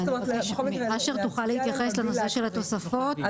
אין בפניי את התוספות.